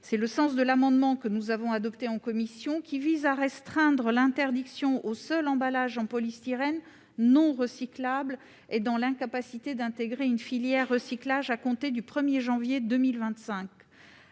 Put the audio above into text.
est le sens de l'amendement que nous avons adopté en commission, visant à restreindre l'interdiction aux seuls emballages en polystyrène non recyclables et dans l'incapacité d'intégrer une filière de recyclage à compter du 1 janvier 2025.